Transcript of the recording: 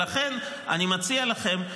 לכן אני מציע לכם,